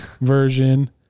version